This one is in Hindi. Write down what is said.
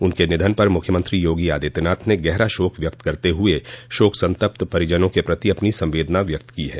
उनके निधन पर मुख्यमंत्री योगी आदित्यनाथ ने गहरा शोक व्यक्त करते हुए शोक संतप्त परिजनों के प्रति अपनी संवेदना व्यक्त की है